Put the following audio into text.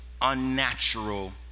unnatural